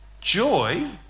joy